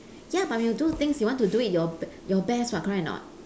ya but when you do things you want to do it your be~ your best [what] correct or not